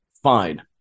Fine